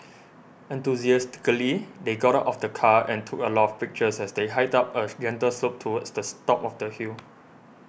enthusiastically they got out of the car and took a lot of pictures as they hiked up a gentle slope towards the top of the hill